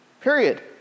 Period